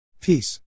Peace